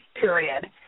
period